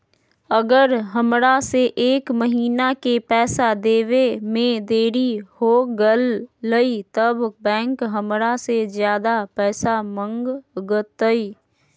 अगर हमरा से एक महीना के पैसा देवे में देरी होगलइ तब बैंक हमरा से ज्यादा पैसा मंगतइ?